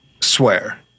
swear